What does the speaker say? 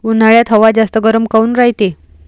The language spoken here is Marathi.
उन्हाळ्यात हवा जास्त गरम काऊन रायते?